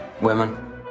Women